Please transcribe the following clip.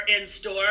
in-store